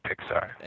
Pixar